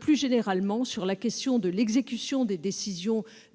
Plus généralement, pour ce qui concerne l'exécution des décisions